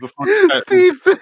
Steve